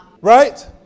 Right